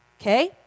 okay